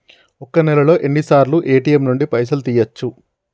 ఒక్క నెలలో ఎన్నిసార్లు ఏ.టి.ఎమ్ నుండి పైసలు తీయచ్చు?